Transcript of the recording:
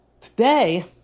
today